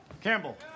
Campbell